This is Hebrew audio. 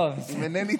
לא, זה בסדר.